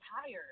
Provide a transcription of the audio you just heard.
tired